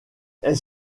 est